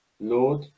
Lord